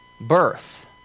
birth